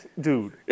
dude